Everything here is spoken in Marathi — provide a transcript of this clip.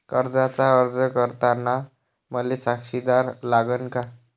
कर्जाचा अर्ज करताना मले साक्षीदार लागन का?